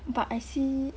but I see